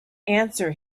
answer